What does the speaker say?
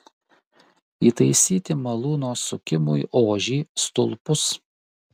įtaisyti malūno sukimui ožį stulpus